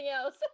else